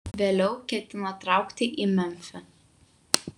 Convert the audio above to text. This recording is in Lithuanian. vėliau ketino traukti į memfį